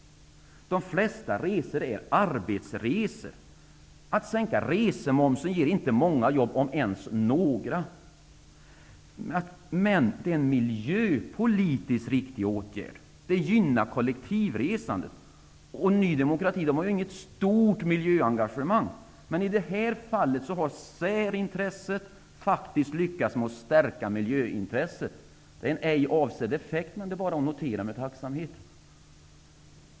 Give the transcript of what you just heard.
De flesta resor är arbetsresor. Att sänka resemomsen ger inte många jobb, om ens några. Men det är en miljöpolitiskt riktig åtgärd. Det gynnar kollektivresandet. Ny demokrati har inget stort miljöengagemang, men i detta fall har särintresset faktiskt lyckats med att stärka miljöintresset. Det är en ej avsedd effekt, men det är bara att notera med tacksamhet.